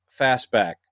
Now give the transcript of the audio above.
Fastback